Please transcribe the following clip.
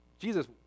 Jesus